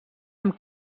amb